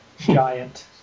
Giant